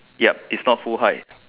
yup it's not full height